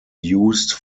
used